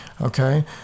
okay